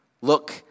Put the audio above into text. look